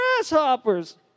grasshoppers